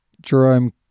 Jerome